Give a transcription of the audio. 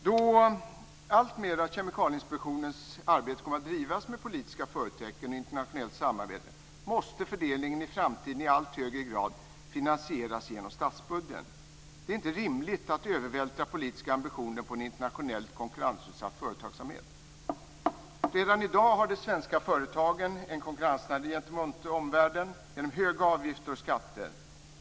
Då alltmer av Kemikalieinspektionens arbete kommer att drivas med politiska förtecken och genom internationellt samarbete, måste fördelningen i framtiden i allt högre grad finansieras genom statsbudgeten. Det är inte rimligt att övervältra politiska ambitioner på en internationellt konkurrensutsatt företagsamhet. Redan i dag har de svenska företagen en konkurrensnackdel gentemot omvärlden genom höga avgifter och skatter.